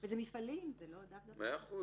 זה מפעלים, זה לא -- מאה אחוז.